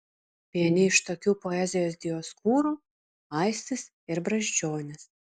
vieni iš tokių poezijos dioskūrų aistis ir brazdžionis